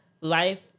life